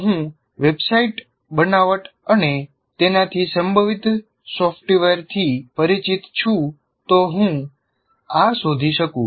જો હું વેબસાઇટ બનાવટ અને તેનાથી સંબંધિત સોફ્ટવેરથી પરિચિત છું તો હું આ શોધી શકું